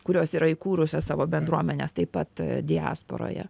kurios yra įkūrusios savo bendruomenes taip pat diasporoje